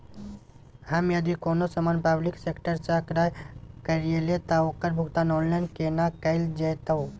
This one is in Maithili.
हम यदि कोनो सामान पब्लिक सेक्टर सं क्रय करलिए त ओकर भुगतान ऑनलाइन केना कैल जेतै?